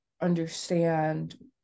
understand